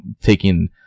taking